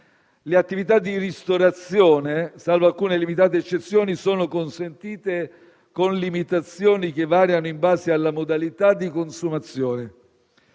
Le attività di ristorazione, salvo alcune limitate eccezioni, sono consentite con limitazioni che variano in base alla modalità di consumazione.